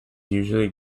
usually